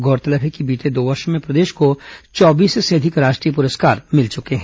गौरतलब है कि बीते दो वर्षो में प्रदेश को चौबीस से अधिक राष्ट्रीय पुरस्कार मिले हैं